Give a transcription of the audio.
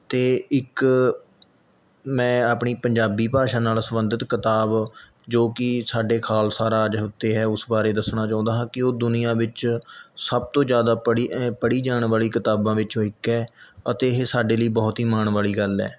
ਅਤੇ ਇੱਕ ਮੈਂ ਆਪਣੀ ਪੰਜਾਬੀ ਭਾਸ਼ਾ ਨਾਲ਼ ਸੰਬੰਧਿਤ ਕਿਤਾਬ ਜੋ ਕਿ ਸਾਡੇ ਖਾਲਸਾ ਰਾਜ ਉੱਤੇ ਹੈ ਉਸ ਬਾਰੇ ਦੱਸਣਾ ਚਾਹੁੰਦਾ ਹਾਂ ਕਿ ਉਹ ਦੁਨੀਆ ਵਿੱਚ ਸਭ ਤੋਂ ਜ਼ਿਆਦਾ ਪੜ੍ਹੀ ਪੜ੍ਹੀ ਜਾਣ ਵਾਲੀ ਕਿਤਾਬਾਂ ਵਿੱਚੋਂ ਇੱਕ ਹੈ ਅਤੇ ਇਹ ਸਾਡੇ ਲਈ ਬਹੁਤ ਹੀ ਮਾਣ ਵਾਲੀ ਗੱਲ ਹੈ